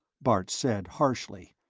bart said harshly.